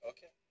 Okay